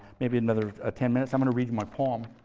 maybe another ah ten minutes. i'm going to read you my poem.